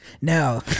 now